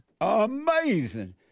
Amazing